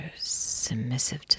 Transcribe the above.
submissive